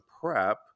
PrEP